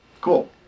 Cool